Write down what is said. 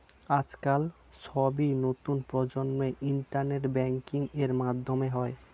আজকাল সবই নতুন প্রজন্মের ইন্টারনেট ব্যাঙ্কিং এর মাধ্যমে হয়